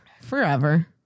forever